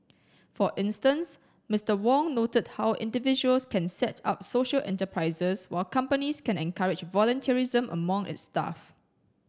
for instance Mister Wong noted how individuals can set up social enterprises while companies can encourage volunteerism among its staff